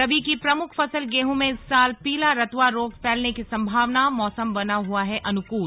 रबी की प्रमुख फसल गेहूं में इस साल पीला रतुवा रोग फैलने की संभावनामौसम बना हुआ है अनुकूल